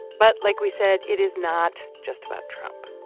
but like we said, it is not just about trump.